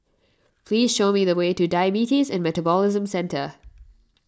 please show me the way to Diabetes and Metabolism Centre